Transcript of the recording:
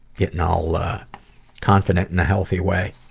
getting all confident in a healthy way!